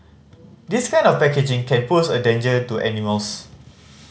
this kind of packaging can pose a danger to animals